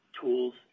tools